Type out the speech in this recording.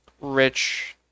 rich